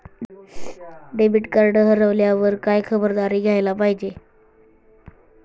Debit card हरवल्यावर काय खबरदारी घ्यायला पाहिजे?